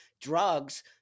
drugs